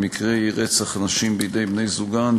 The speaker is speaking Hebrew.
במקרי רצח נשים בידי בני-זוגן,